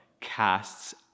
casts